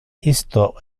isto